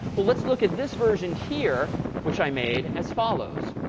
well, let's look at this version here, which i made as follows.